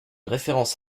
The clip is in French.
référence